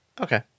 Okay